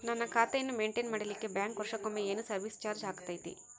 ನನ್ನ ಖಾತೆಯನ್ನು ಮೆಂಟೇನ್ ಮಾಡಿಲಿಕ್ಕೆ ಬ್ಯಾಂಕ್ ವರ್ಷಕೊಮ್ಮೆ ಏನು ಸರ್ವೇಸ್ ಚಾರ್ಜು ಹಾಕತೈತಿ?